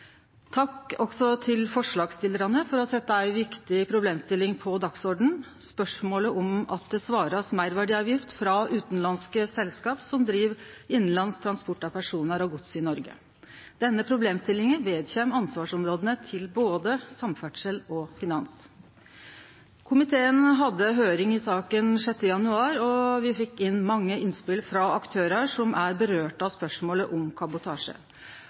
Takk også til forslagsstillarane for å setje ei viktig problemstilling på dagsordenen, spørsmålet om det skal svarast meirverdiavgift frå utanlandske selskap som driv innanlandsk transport av personar og gods i Noreg. Denne problemstillinga vedkjem ansvarsområda til både samferdselskomiteen og finanskomiteen. Komiteen hadde høyring i saka 6. januar, og me fekk inn mange innspel frå aktørar som spørsmålet om kabotasje